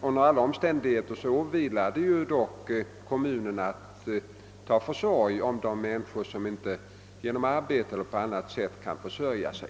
Under alla omständigheter åvilar det dock kommunerna att dra försorg om de människor som inte genom arbete eller på annat sätt kan försörja sig.